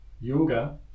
Yoga